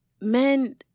men